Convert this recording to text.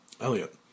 Elliot